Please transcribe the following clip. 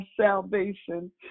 salvation